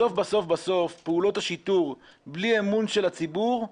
בסוף-בסוף-בסוף פעולות השיטור לא ישיגו שום מטרה בלי אמון של הציבור.